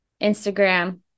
Instagram